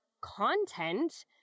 content